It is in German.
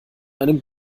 einem